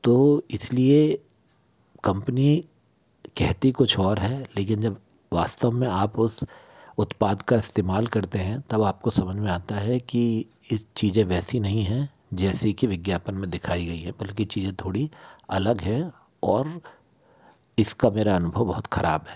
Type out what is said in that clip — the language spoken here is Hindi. तो इसलिए कम्पनी कहती कुछ और है लेकिन जब वास्तव आप उस उत्पाद का इस्तेमाल करते हैं तब आपको समझ में आता है कि इस चीज़ें वैसी नहीं हैं जैसी कि विज्ञापन में दिखाई गई है बल्कि चीज़ें थोड़ी अलग हैं और इसका मेरा अनुभव बहुत खराब है